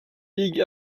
league